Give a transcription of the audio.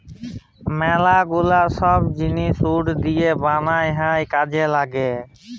ম্যালা গুলা ছব জিলিস উড দিঁয়ে বালাল হ্যয় কাজে ল্যাগে